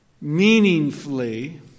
meaningfully